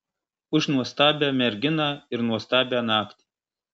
už nuostabią merginą ir nuostabią naktį